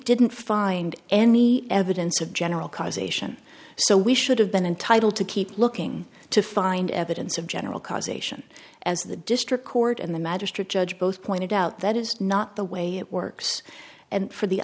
didn't find any evidence of general causation so we should have been entitled to keep looking to find evidence of general causation as the district court and the magistrate judge both pointed out that is not the way it works and for the